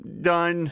done